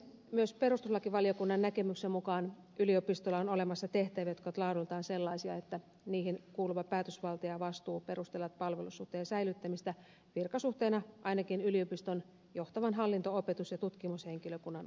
myös perustuslakivaliokunnan näkemyksen mukaan yliopistoilla on olemassa tehtäviä jotka ovat laadultaan sellaisia että niihin kuuluva päätösvalta ja vastuu perustelevat palvelussuhteen säilyttämistä virkasuhteena ainakin yliopiston johtavan hallinto opetus ja tutkimushenkilökunnan osalta